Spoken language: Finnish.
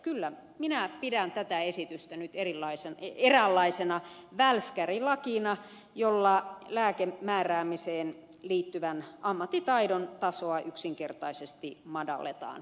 kyllä minä pidän tätä esitystä nyt eräänlaisena välskärilakina jolla lääkkeen määräämiseen liittyvän ammattitaidon tasoa yksinkertaisesti madalletaan